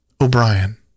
O'Brien